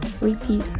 repeat